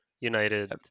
United